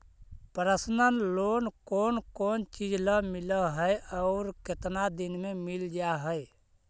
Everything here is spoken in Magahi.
पर्सनल लोन कोन कोन चिज ल मिल है और केतना दिन में मिल जा है?